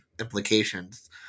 implications